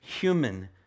human